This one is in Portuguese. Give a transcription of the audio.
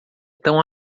tão